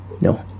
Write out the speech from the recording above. no